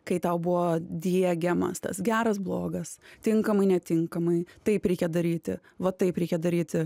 kai tau buvo diegiamas tas geras blogas tinkamai netinkamai taip reikia daryti va taip reikia daryti